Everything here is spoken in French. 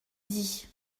dit